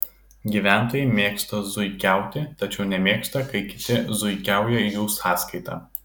gyventojai mėgsta zuikiauti tačiau nemėgsta kai kiti zuikiauja jų sąskaita